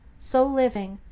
so living,